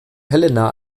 helena